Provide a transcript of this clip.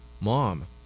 Mom